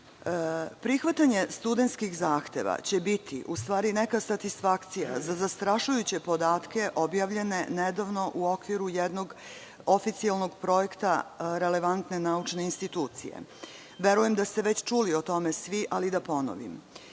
istina. Prihvatanje studentskih zahteva će u stvari biti neka satisfakcija za zastrašujuće podatke objavljene nedavno u okviru jednog oficijalnog projekta „Relevantne naučne institucije“. Verujem da ste čuli o tome svi, ali da ponovim.